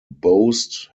boast